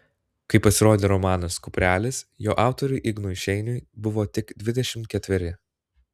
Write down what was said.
kai pasirodė romanas kuprelis jo autoriui ignui šeiniui buvo tik dvidešimt ketveri